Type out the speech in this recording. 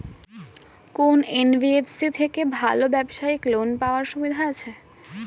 কোন এন.বি.এফ.সি থেকে ভালো ব্যবসায়িক লোন পাওয়ার সুবিধা আছে?